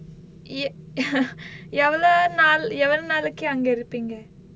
எவ்வளவு நாள் எவ்வளவு நாளைக்கு அங்க இருப்பிங்க:evvalavu naal evvalavu naalaikku anga iruppinga